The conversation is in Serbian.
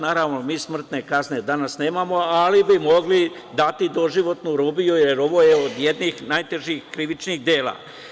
Naravno, mi smrtne kazne danas nemamo, ali bi mogli dati doživotnu robiju, jer ovo je jedno od najtežih krivičnih dela.